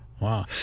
wow